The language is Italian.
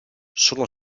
sono